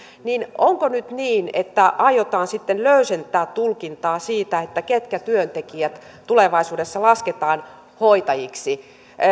niin onko nyt niin että aiotaan sitten löysentää tulkintaa siitä ketkä työntekijät tulevaisuudessa lasketaan hoitajiksi